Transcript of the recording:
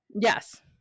Yes